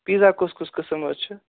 pizza کُس کُس قٕسٕم حظ چھُ